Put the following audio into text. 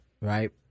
right